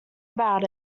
about